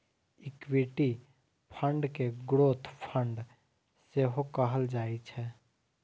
equity fund कें growth fund सेहो कहल जाइ छै